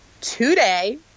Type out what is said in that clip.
today